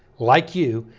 like you,